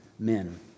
Men